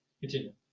Continue